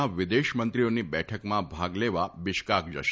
ના વિદેશમંત્રીઓની બેઠકમાં ભાગ લેવા બીશ્કાક જશે